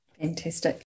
Fantastic